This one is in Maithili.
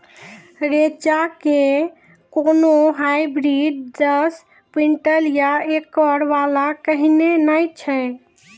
रेचा के कोनो हाइब्रिड दस क्विंटल या एकरऽ वाला कहिने नैय छै?